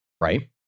right